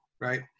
right